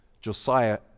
Josiah